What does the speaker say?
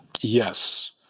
yes